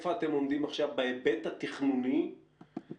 איפה אתם עומדים עכשיו בהיבט התכנוני של